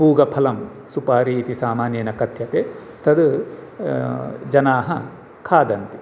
पूगफलं सुपारि इति सामान्येन कथ्यते तत् जनाः खादन्ति